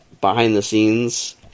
behind-the-scenes